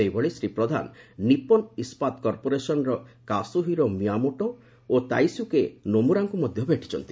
ସେହିଭଳି ଶ୍ରୀ ପ୍ରଧାନ ନିପ୍ପନ ଇସ୍କାତ କର୍ପୋରେସନ୍ର Kazuhiro Miyamoto ଓ ତାଇସୁକେ ନୋମୁରାଙ୍କୁ ମଧ୍ୟ ଭେଟିଛନ୍ତି